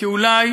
שאולי